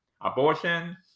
abortion